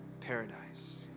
paradise